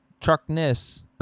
truckness